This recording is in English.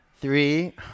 three